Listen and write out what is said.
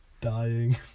Dying